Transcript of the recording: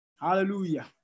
Hallelujah